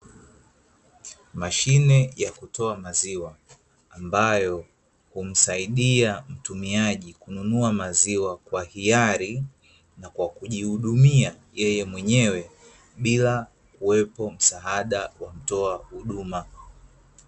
Mashine ya kutoa maziwa ambayo humsaidia mtumiaji kununua maziwa kwa hiari, na kwa kujihudumia yeye mwenyewe bila kuwepo msaada wa mtoa huduma.